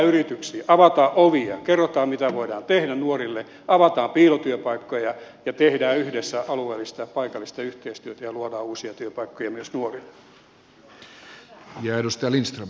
mennään yrityksiin avataan ovia kerrotaan mitä voidaan tehdä nuorille avataan piilotyöpaikkoja ja tehdään yhdessä alueellista ja paikallista yhteistyötä ja luodaan uusia työpaikkoja myös nuorille